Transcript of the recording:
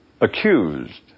accused